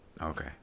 okay